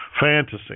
Fantasy